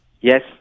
yes